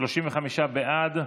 35 בעד,